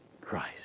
Christ